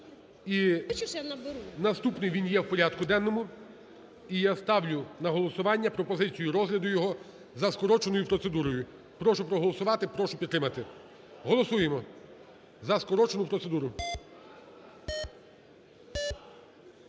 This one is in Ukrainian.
наступний він є в порядку денному, і я ставлю на голосування пропозицію розгляду його за скороченою процедурою. Прошу проголосувати, прошу підтримати. Голосуємо за скорочену процедуру.